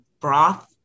broth